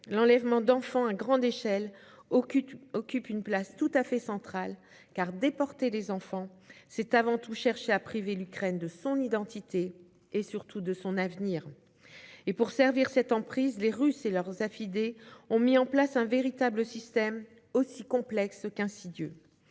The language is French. l'enlèvement d'enfants à grande échelle occupe une place tout à fait centrale, car déporter les enfants, c'est avant tout chercher à priver l'Ukraine de son identité et surtout de son avenir. Pour servir cette entreprise, les Russes et leurs affidés ont mis en place un véritable système, aussi complexe qu'insidieux.